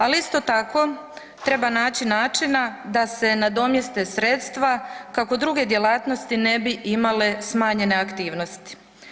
Ali isto tako treba naći načina da se nadomjeste sredstva kaka druge djelatnosti ne bi imale smanjenje aktivnosti.